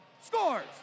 scores